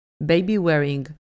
baby-wearing